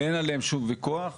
אין עליהם שום וויכוח,